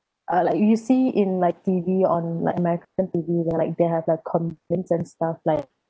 uh like you you see in like T_V on like american T_V they're like they have like comedians and stuff like